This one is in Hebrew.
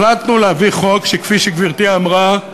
החלטנו להביא חוק, שכפי שגברתי אמרה,